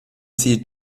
sie